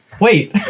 Wait